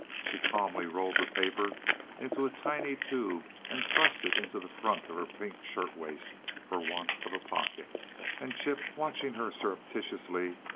she calmly rolled the paper into a tiny tube and thrust it into the front of her pink shirt-waist for want of a pocket and chip, watching her surreptitiously,